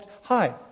Hi